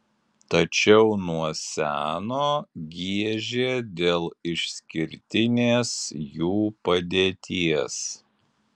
tačiau nuo seno giežė dėl išskirtinės jų padėties